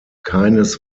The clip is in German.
keines